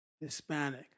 Hispanic